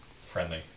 friendly